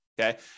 okay